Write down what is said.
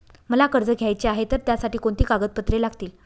मला कर्ज घ्यायचे आहे तर त्यासाठी कोणती कागदपत्रे लागतील?